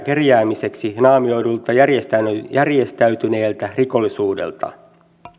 kerjäämiseksi naamioidulta järjestäytyneeltä järjestäytyneeltä rikollisuudelta